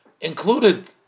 included